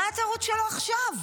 מה התירוץ שלו עכשיו?